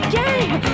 game